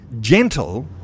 gentle